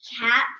cat